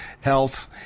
Health